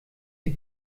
sie